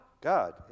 god